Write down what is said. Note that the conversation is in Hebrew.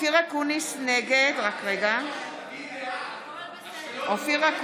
אינה נוכחת סעיד אלחרומי, אינו נוכח